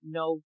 no